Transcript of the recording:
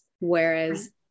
Whereas